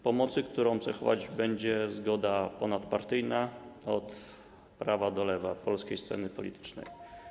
Pomocy, którą cechować będzie zgoda ponadpartyjna: od prawa do lewa polskiej sceny politycznej.